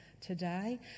today